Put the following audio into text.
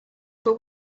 but